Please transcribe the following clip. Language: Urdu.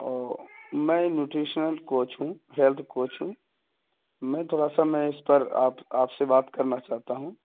او میں نیوٹریشنل کوچ ہوں ہیلتھ کوچ ہوں میں تھوڑا سا میں اس پر آپ آپ سے بات کرنا چاہتا ہوں